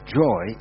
joy